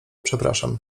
przepraszam